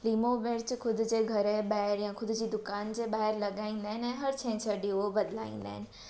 limo मिर्च ख़ुद जे घर जे ॿाहिरि या ख़ुद जी दुकान जे ॿाहिरि लॻाईंदा आहिनि ऐं हर छंछरु ॾींहुं उहो ॿदलाईंदा आहिनि